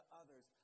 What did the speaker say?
others